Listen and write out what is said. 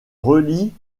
relie